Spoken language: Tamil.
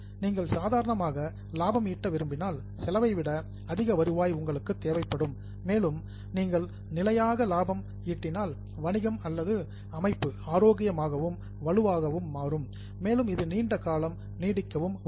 நீங்கள் சாதாரணமாக லாபம் ஈட்ட விரும்பினால் செலவை விட அதிக வருவாய் உங்களுக்கு தேவைப்படும் மேலும் நீங்கள் கன்சிஸ்டன்ட்லி நிலையாக லாபம் ஈட்டினால் வணிகம் அல்லது அமைப்பு ஆரோக்கியமாகவும் வலுவாகவும் மாறும் மேலும் இது நீண்ட காலம் நீடிக்கவும் உதவும்